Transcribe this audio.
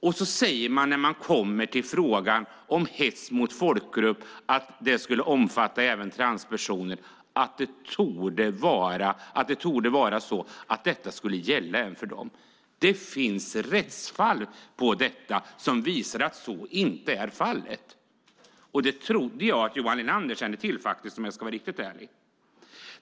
Och när man kommer till frågan om att även transpersoner skulle omfattas när det gäller hets mot folkgrupp säger de att det torde vara så att detta skulle gälla även för dem. Men det finns rättsfall som visar att så inte är fallet! Det trodde jag faktiskt att Johan Linander kände till, om jag ska vara riktigt ärlig.